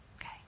Okay